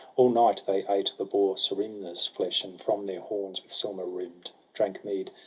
all night they ate the boar serimner's flesh, and from their horns, with silver rimm'd, drank mead,